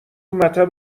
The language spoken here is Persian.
مطب